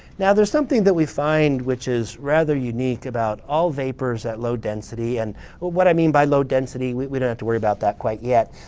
now there's something that we find which is rather unique about all vapors at low density. and what i mean by low density we we don't have to worry about that quite yet.